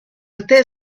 était